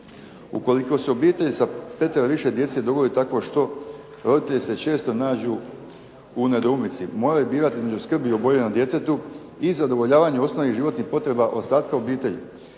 Ukoliko se obitelji sa petero i više djece dogodi takvo što, roditelji se često nađu u nedoumici. Moraju birati između skrbi o oboljelom djetetu i zadovoljavanju osnovnih životnih potreba ostatka obitelji.